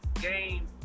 game